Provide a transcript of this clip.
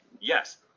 yes